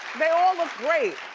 they all look great.